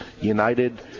united